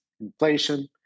inflation